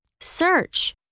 search